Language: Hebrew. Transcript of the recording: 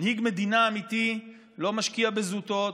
מנהיג מדינה אמיתי לא משקיע בזוטות,